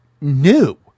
new